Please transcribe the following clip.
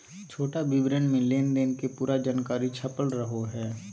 छोटा विवरण मे लेनदेन के पूरा जानकारी छपल रहो हय